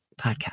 podcast